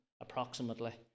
approximately